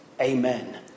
Amen